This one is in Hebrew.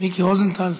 מיקי רוזנטל.